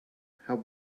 how